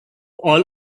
all